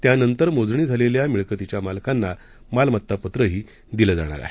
त्यानंतर मोजणी झालेल्या मिळकतीच्या मालकांना मालमत्ता पत्रही दिलं जाणार आहे